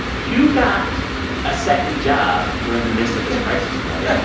you got a second job during the midst of this crisis, kelly